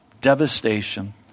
devastation